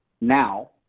now